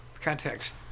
context